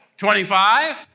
25